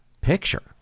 picture